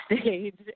stage